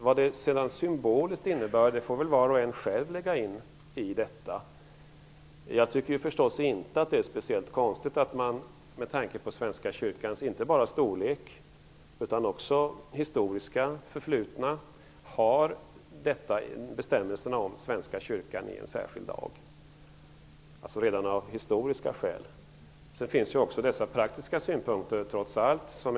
Vad det sedan symboliskt innebär får väl var och en lägga in i detta. Jag tycker förstås inte att det är speciellt konstigt att man med tanke på Svenska kyrkans inte bara storlek utan också historiska förflutna har dessa bestämmelser om Svenska kyrkan i en särskild lag, alltså redan av historiska skäl. Sedan finns det trots allt också praktiska synpunkter.